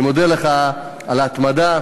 אני מודה לך על ההתמדה,